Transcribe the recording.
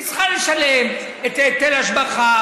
היא צריכה לשלם היטל השבחה,